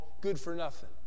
good-for-nothing